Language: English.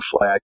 flag